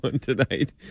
tonight